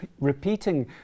repeating